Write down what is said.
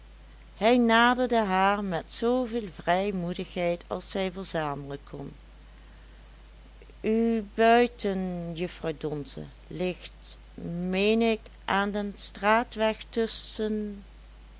hij naderde haar met zoo veel vrijmoedigheid als hij verzamelen kon uw buiten juffrouw donze ligt meen ik aan den straatweg